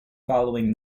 following